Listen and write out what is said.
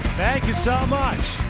thank you so much!